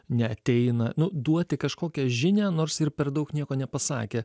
neateina nu duoti kažkokią žinią nors ir per daug nieko nepasakė